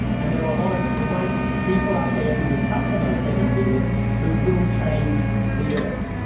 and there are a lot of great people out there who will come from those seven billion who will change the earth.